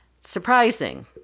surprising